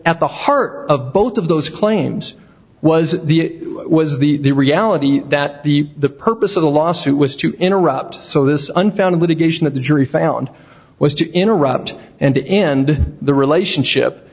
the heart of both of those claims was the was the reality that the the purpose of the lawsuit was to interrupt so this unfounded litigation that the jury found was to interrupt and end the relationship